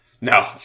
No